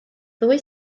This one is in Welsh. ddwy